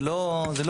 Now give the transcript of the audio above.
זה לא בושה,